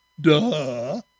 Duh